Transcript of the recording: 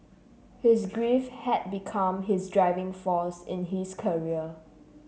his grief had become his driving force in his career